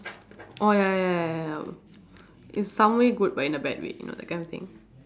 orh ya ya ya ya ya it's some way good but in a bad way you know that kind of thing